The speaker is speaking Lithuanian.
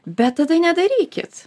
bet tada nedarykit